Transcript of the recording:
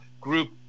group